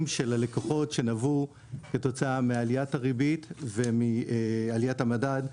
של הלקוחות שנבעו כתוצאה מעליית הריבית ומעליית המדד,